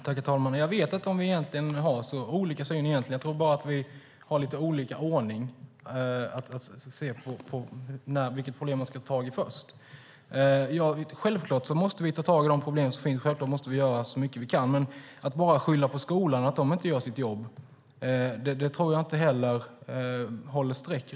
Herr talman! Jag vet inte om vi egentligen har så olika syn. Jag tror bara att vi ser lite olika på ordningen och vilket problem man ska ta tag i först. Självklart måste vi ta tag i de problem som finns. Självklart måste vi göra så mycket vi kan. Men att bara skylla på skolan, att den inte gör sitt jobb, tror jag inte heller håller streck.